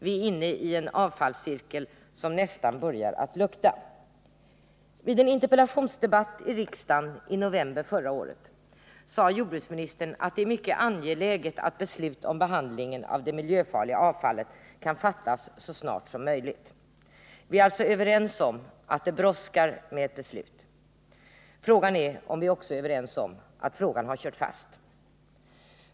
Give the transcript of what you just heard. Vi är inne i en avfallscirkel som nästan börjar lukta. Vid en interpellationsdebatt i riksdagen i november förra året sade jordbruksministern att det är mycket angeläget att beslut om behandlingen av det miljöfarliga avfallet kan fattas så snart som möjligt. Vi är alltså överens om att det brådskar med beslut. Frågan är om vi också är överens om att frågan har kört fast.